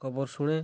ଖବର୍ ଶୁଣେ